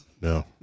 No